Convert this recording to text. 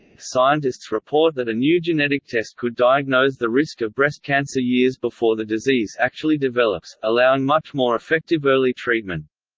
scientists report that a new genetic test could diagnose the risk of breast cancer years before the disease actually develops, allowing much more effective early treatment.